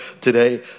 today